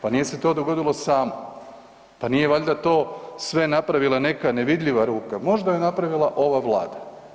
Pa nije se to dogodilo samo, pa nije valjda to sve napravila neka nevidljiva ruka, možda je napravila ova Vlada.